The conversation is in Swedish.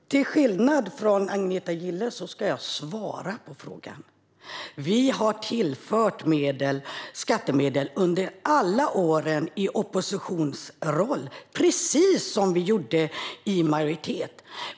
Herr talman! Till skillnad från Agneta Gille ska jag svara på frågan. Vi har tillfört skattemedel under alla våra år i oppositionsroll, precis som vi gjorde i majoritet.